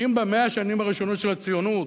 שאם ב-100 השנים הראשונות של הציונות